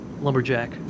lumberjack